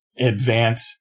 advance